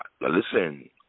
listen